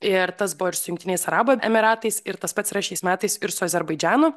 ir tas buvo ir su jungtiniais arabų emyratais ir tas pats yra šiais metais ir su azerbaidžanu